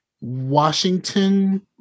Washington